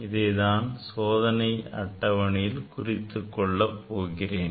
இதை நான் சோதனைக்கான அட்டவணையில் குறித்துக் கொள்ள போகிறேன்